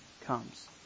comes